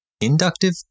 inductive